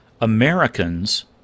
Americans